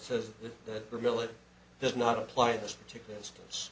that that really does not apply in this particular instance